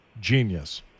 Genius